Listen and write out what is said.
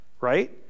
right